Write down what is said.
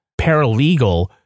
paralegal